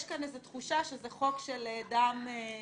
יש כאן איזה תחושה שזה חוק של דם חם,